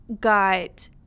got